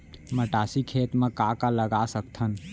मटासी खेत म का का लगा सकथन?